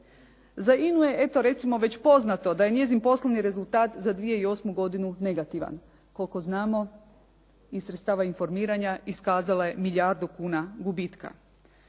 Za INA-u je eto recimo već poznato da je njezin poslovni rezultat za 2008. godinu negativan. Koliko znamo iz sredstava informiranja iskazala je milijardu kuna gubitka.